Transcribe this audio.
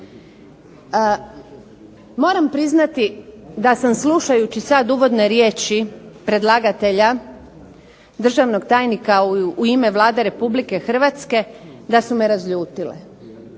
Moram priznati da sam slušajući sad uvodne riječi predlagatelja državnog tajnika u ime Vlade RH da su me razljutile.